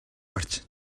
гарч